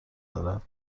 دارد